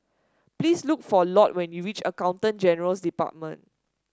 please look for Lott when you reach Accountant General's Department